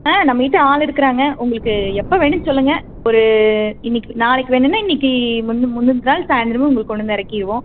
ஆ நம்மகிட்டே ஆள் இருக்கிறாங்க உங்களுக்கு எப்போ வேணும்ன் சொல்லுங்க ஒரு இன்றைக்கி நாளைக்கு வேணுனால் இன்றைக்கி முன்னு முன்னத்து நாள் சாயந்திரமே உங்களுக்கு கொண்டு வந்து இறக்கிருவோம்